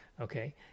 Okay